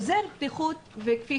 עוזר בטיחות, כפי